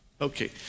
okay